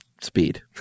speed